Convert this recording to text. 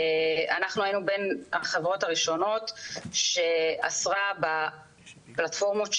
אנחנו היינו בין החברות הראשונות שאסרה בפלטפורמות שלנו,